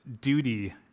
duty